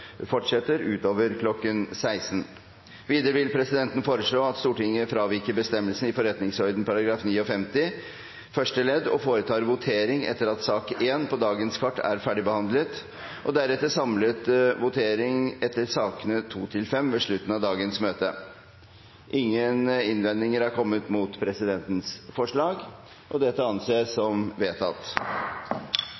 fortsetter utover kl. 16. Videre vil presidenten foreslå at Stortinget fraviker bestemmelsen i forretningsordenens § 59 første ledd og foretar votering etter at sak nr. 1 på dagens kart er ferdigbehandlet, og deretter samlet votering etter sakene nr. 2–5 ved slutten av dagens møte. Ingen innvendinger er kommet mot presidentens forslag – og dette anses vedtatt.